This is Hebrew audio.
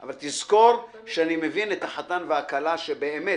אבל תזכור שאני מבין את החתן והכלה שבאמת,